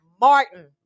Martin